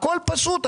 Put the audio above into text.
הכול פשוט.